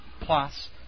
plus